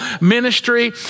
ministry